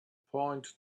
point